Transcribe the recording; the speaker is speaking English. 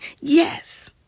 Yes